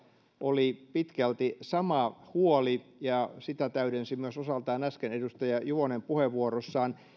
oli pitkälti sama huoli ja niitä täydensi osaltaan äsken myös edustaja juvonen puheenvuorossaan